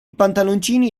pantaloncini